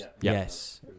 Yes